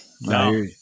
No